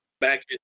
Back